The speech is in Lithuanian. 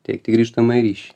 teikti grįžtamąjį ryšį